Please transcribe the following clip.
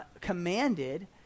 commanded